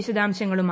വിശദാംശങ്ങളുമായി